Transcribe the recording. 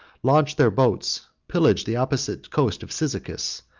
launched their boats, pillaged the opposite coast of cyzicus,